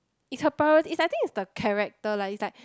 it's her priority is I think it's the character lah it's like